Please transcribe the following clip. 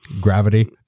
gravity